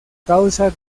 causa